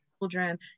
children